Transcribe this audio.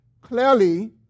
clearly